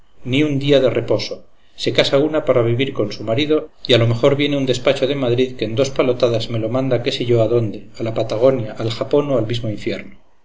ni un día de reposo se casa una para vivir con su marido y a lo mejor viene un despacho de madrid que en dos palotadas me lo manda qué sé yo a dónde a la patagonia al japón o al mismo infierno